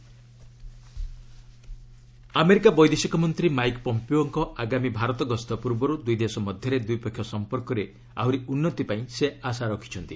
you S India America ବୈଦେଶିକ ମନ୍ତ୍ରୀ Mike ପମ୍ପିଓଙ୍କ ଆଗାମୀ ଭାରତ ଗସ୍ତ ପୂର୍ବରୁ ଦୁଇ ଦେଶ ମଧ୍ୟରେ ଦ୍ୱିପକ୍ଷିୟ ସମ୍ପର୍କରେ ଆହୁରି ଉନ୍ନତି ପାଇଁ ସେ ଆଶା ରଖିଛନ୍ତି